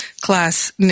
class